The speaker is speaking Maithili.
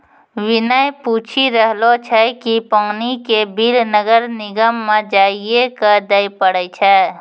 विनय पूछी रहलो छै कि पानी के बिल नगर निगम म जाइये क दै पड़ै छै?